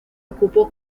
ocupó